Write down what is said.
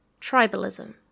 Tribalism